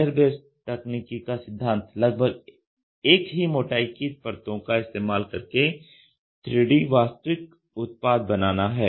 layer based तकनीकी का सिद्धांत लगभग एक ही मोटाई की कई परतों का इस्तेमाल करके 3D वास्तविक उत्पाद बनाना है